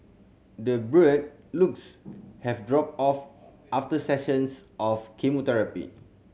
the looks have dropped off after sessions of chemotherapy